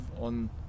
on